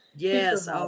Yes